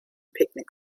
picnic